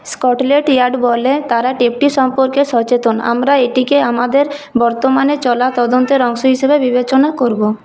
Scotland Yard বলে তারা টেপটি সম্পর্কে সচেতন আমরা এটিকে আমাদের বর্তমানে চলা তদন্তের অংশ হিসাবে বিবেচনা করব